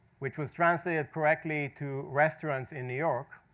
which was translated correctly to, restaurants in new york.